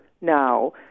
now